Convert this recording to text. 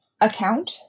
account